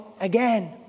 again